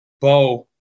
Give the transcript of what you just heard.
Bo